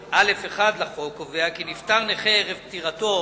11א(א)(1) לחוק קובע כי "נפטר נכה וערב פטירתו